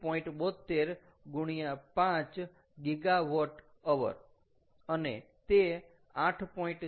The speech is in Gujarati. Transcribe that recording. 72 x 5 GW hr અને તે 8